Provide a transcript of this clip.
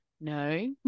no